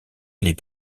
les